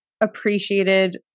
appreciated